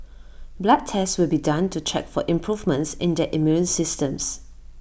blood tests will be done to check for improvements in their immune systems